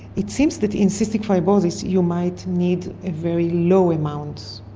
it seems that in cystic fibrosis you might need a very low amount.